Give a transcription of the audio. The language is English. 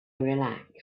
relaxed